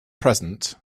present